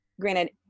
granted